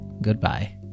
Goodbye